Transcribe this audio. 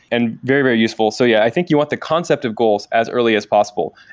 and very, very useful. so yeah, i think you want the concept of goals as early as possible.